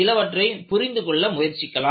சிலவற்றை புரிந்துகொள்ள முயற்சிக்கலாம்